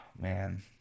man